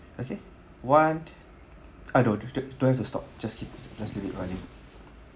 okay what [one] ah don~ don't don't have to stop just keep just leave it running